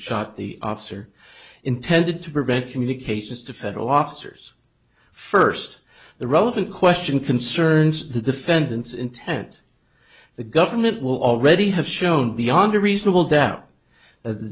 shot the officer intended to prevent communications to federal officers first the relevant question concerns the defendant's intent the government will already have shown beyond a reasonable doubt th